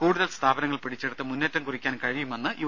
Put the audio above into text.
കൂടുതൽ സ്ഥാപനങ്ങൾ പിടിച്ചെടുത്ത് മുന്നേറ്റം കുറിക്കാൻ കഴിയുമെന്ന് യു